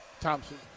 Thompson